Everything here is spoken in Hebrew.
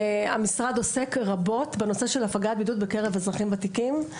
המשרד עוסק רבות בנושא של הפגת בדידות בקרב אזרחים ותיקים.